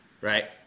right